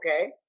Okay